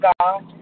God